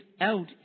out